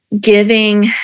giving